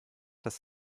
das